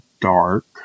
Dark